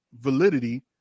validity